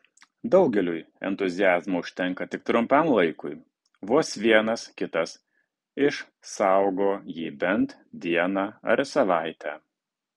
daugeliui entuziazmo užtenka tik trumpam laikui vos vienas kitas išsaugo jį bent dieną ar savaitę